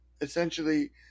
essentially